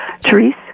Therese